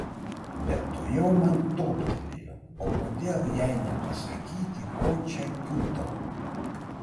bet tuojau man toptelėjo o kodėl jai nepasakyti ko čia kiūtau